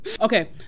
Okay